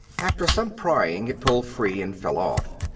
after some prying it pulled free and fell off.